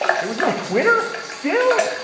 there was no twitter? still?